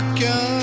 gun